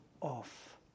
off